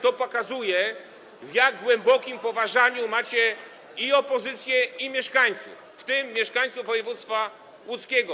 To pokazuje, w jak głębokim poważaniu macie opozycję i mieszkańców, w tym mieszkańców województwa łódzkiego.